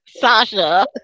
Sasha